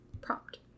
prompt